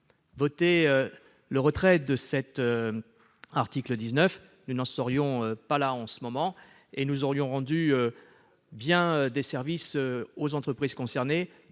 voter la suppression de cet article, nous n'en serions pas là et nous aurions rendu bien des services aux entreprises concernées,